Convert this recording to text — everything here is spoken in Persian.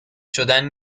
شدن